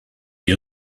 you